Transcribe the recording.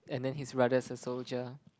and then his brother's a soldier